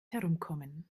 herumkommen